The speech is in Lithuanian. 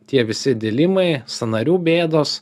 tie visi dilimai sąnarių bėdos